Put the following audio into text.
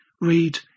read